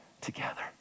together